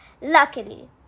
luckily